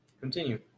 Continue